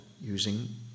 using